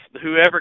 whoever